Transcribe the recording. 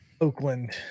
Oakland